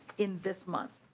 in this month.